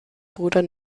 bruder